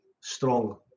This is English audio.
strong